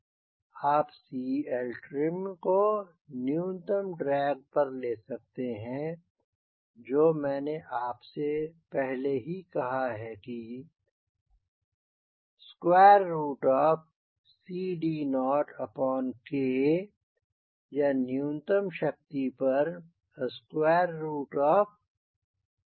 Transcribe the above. आप C L trim को न्यूनतम ड्रैग पर ले सकते हैं जो मैंने आपसे पहले ही कहा है कि CD0Kया न्यूनतम शक्ति पर 3CD0K